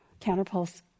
Counterpulse